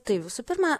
tai visų pirma